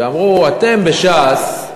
ואמרו: אתם בש"ס,